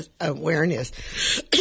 awareness